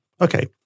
Okay